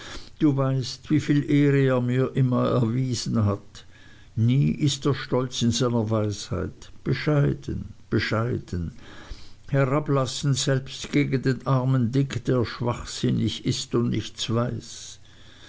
du weißt wieviel ehre er mir immer erwiesen hat nie ist er stolz in seiner weisheit bescheiden bescheiden herablassend selbst gegen den armen dick der schwachsinnig ist und nichts weiß